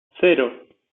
cero